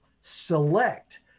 select